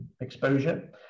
exposure